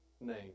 name